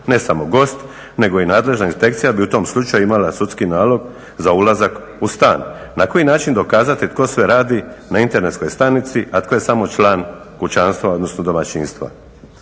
ne samo gost nego i nadležna inspekcija bi u tom slučaju imala sudski nalog za ulazak u stan. Na koji način dokazati tko sve radi na internetskoj stanici a tko je samo član kućanstva, odnosno domaćinstva.